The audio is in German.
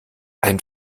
ein